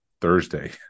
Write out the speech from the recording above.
Thursday